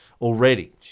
already